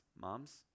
moms